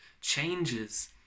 changes